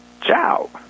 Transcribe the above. Ciao